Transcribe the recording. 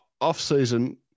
off-season